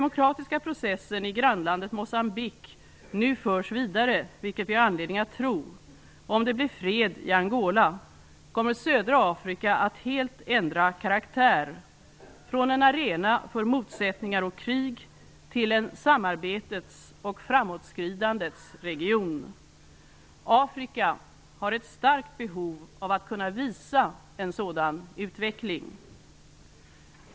Moçambique nu förs vidare, vilket vi har anledning att tro, och om det blir fred i Angola, kommer Södra Afrika att helt ändra karaktär, från en arena för motsättningar och krig till en samarbetets och framåtskridandets region. Afrika har ett starkt behov av att kunna visa en sådan utveckling.